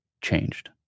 changed